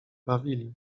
bawili